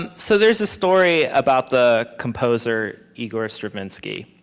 um so there is a story about the composer igor stravinsky.